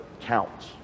counts